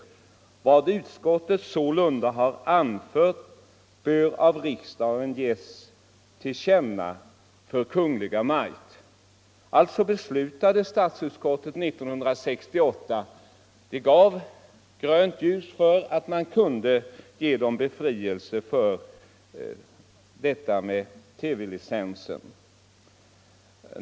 Vad utskottet sålunda anfört bör av riksdagen ges till känna för Kungl. Maj:t.” Statsutskottet gav alltså 1968 grönt ljus för att befria dessa handikappade från att betala licensavgift.